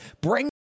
Bring